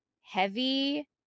heavy